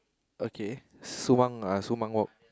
okay sumang uh sumang walk